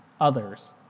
others